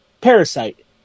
Parasite